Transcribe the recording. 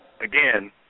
again